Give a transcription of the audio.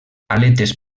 aletes